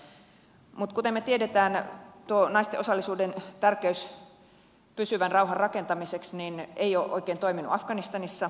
mutta kuten me tiedämme tuo naisten osallisuuden tärkeys pysyvän rauhan rakentamiseksi ei ole oikein toiminut afganistanissa